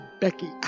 Becky